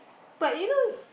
but you know